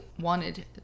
wanted